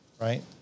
right